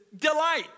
Delight